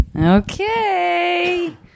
okay